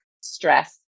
stress